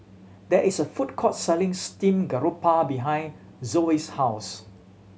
there is a food court selling steamed garoupa behind Zoie's house